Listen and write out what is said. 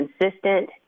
consistent